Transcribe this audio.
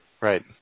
Right